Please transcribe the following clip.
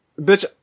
bitch